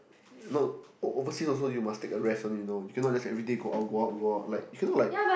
no o~ overseas also you must take a rest one you know you cannot just everyday go out go out go out like you cannot like